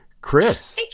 Chris